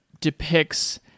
depicts